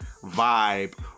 vibe